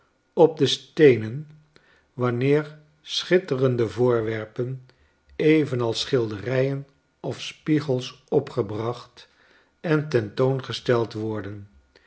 op de steenen wanneer schitterendc voorwerpen evenals schilderijen of spiegels opgebracht en ten toon gesteld worden